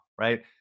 right